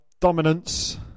dominance